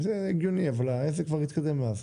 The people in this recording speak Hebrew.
וזה הגיוני אבל העסק כבר התקדם מאז.